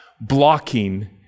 blocking